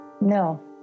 no